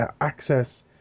access